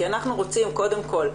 כי אנחנו רוצים קודם כל,